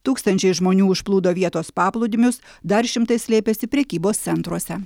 tūkstančiai žmonių užplūdo vietos paplūdimius dar šimtai slėpėsi prekybos centruose